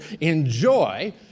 enjoy